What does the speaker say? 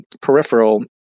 peripheral